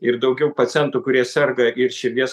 ir daugiau pacientų kurie serga ir širdies